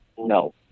no